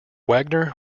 wagner